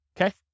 okay